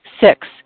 Six